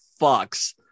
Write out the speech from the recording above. fucks